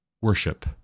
worship